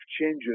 changes